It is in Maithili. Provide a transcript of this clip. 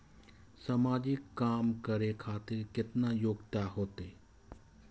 समाजिक काम करें खातिर केतना योग्यता होते?